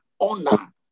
Honor